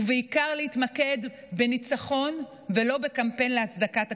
ובעיקר להתמקד בניצחון ולא בקמפיין להצדקת הכישלון.